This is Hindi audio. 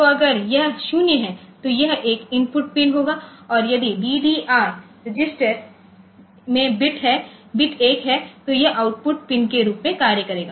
तो अगर यह 0 है तो यह एक इनपुट पिन होगा और यदि डीडीआर रजिस्टर में बिट 1 है तो यह आउटपुट पिन के रूप में कार्य करेगा